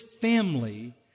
family